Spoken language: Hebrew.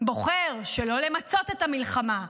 שלא למצות את המלחמה,